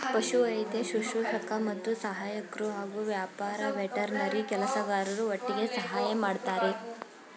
ಪಶುವೈದ್ಯ ಶುಶ್ರೂಷಕ ಮತ್ತು ಸಹಾಯಕ್ರು ಹಾಗೂ ಪ್ಯಾರಾವೆಟರ್ನರಿ ಕೆಲಸಗಾರರು ಒಟ್ಟಿಗೆ ಸಹಾಯ ಮಾಡ್ತರೆ